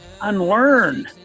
Unlearn